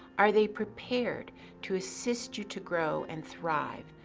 are they prepared to assist you to grow and thrive,